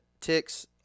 ticks